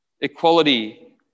Equality